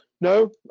No